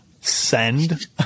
send